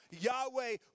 Yahweh